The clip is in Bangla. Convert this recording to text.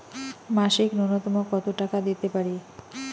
মাসিক নূন্যতম কত টাকা দিতে পারি?